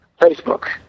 Facebook